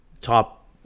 top